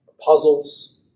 puzzles